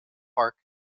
park